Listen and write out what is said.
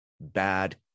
bad